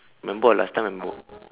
remember or last time